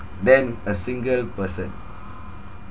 than a single person